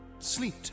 Sleep